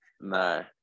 no